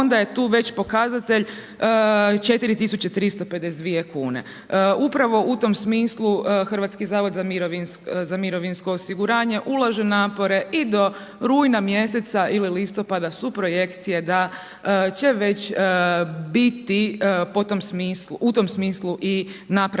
onda je tu već pokazatelj 4352 kune. Upravo u tom smislu HZMO ulaže napore i do rujna mjeseca ili listopada su projekcije da će već biti u tom smislu i napravljeni